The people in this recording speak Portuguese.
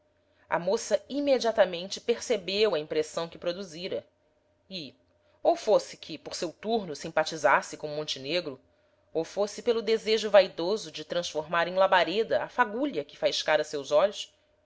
a moça imediatamente percebeu a impressão que produzira e ou fosse que por seu turno simpatizasse com montenegro ou fosse pelo desejo vaidoso de transformar em labareda a fagulha que faiscaram seus olhos